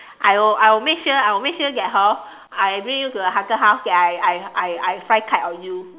I will I will make sure I will make sure that hor I bring you to the haunted house I I I fly kite on you